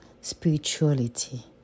Spirituality